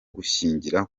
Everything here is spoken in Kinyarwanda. gushingira